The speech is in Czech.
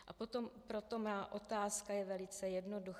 A proto má otázka je velice jednoduchá.